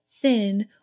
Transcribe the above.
thin